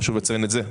חשוב לציין את זה.